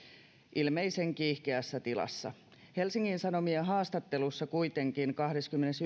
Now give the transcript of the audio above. ilmeisen kiihkeässä tilassa helsingin sanomien haastattelussa kuitenkin kahdeskymmenes